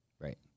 right